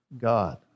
God